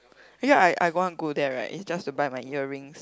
actually I I want to go there right is just to buy my earrings